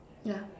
yeah